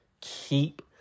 Keep